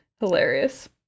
hilarious